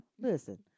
Listen